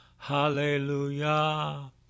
Hallelujah